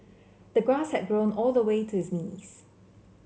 the grass had grown all the way to his knees